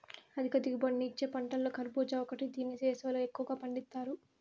అధిక దిగుబడిని ఇచ్చే పంటలలో కర్భూజ ఒకటి దీన్ని వేసవిలో ఎక్కువగా పండిత్తారు